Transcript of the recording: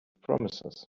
promises